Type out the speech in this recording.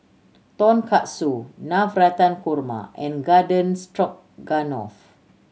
Tonkatsu Navratan Korma and Garden Stroganoff